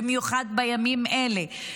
במיוחד בימים אלה,